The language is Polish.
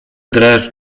dreszcz